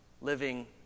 living